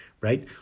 Right